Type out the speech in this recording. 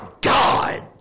God